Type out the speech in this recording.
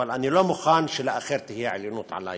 אבל אני לא מוכן שלאחר תהיה עליונות עלי.